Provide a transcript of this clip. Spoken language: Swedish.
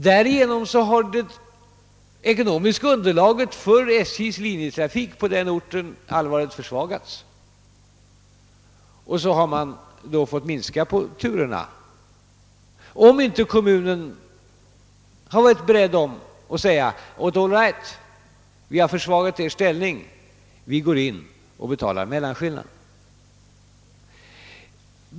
Därigenom har det ekonomiska underlaget för SJ:s linjetrafik på den orten allvarligt försvagats, och då har SJ fått minska antalet turer, om man inte från kommunens sida sagt: All right, vi har försvagat er ställning; vi går in och betalar mellanskillnaden.